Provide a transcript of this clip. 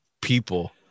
people